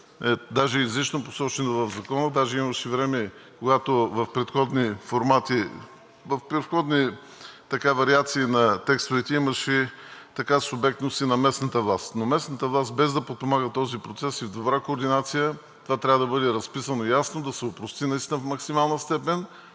даже е изрично посочено в Закона. Имаше време, когато в предходни формати, в предходни вариации на текстовете, имаше субектност и на местната власт. Но местната власт, без да подпомага този процес и в добра координация – това трябва да бъде разписано ясно, да се опрости наистина в максимална степен,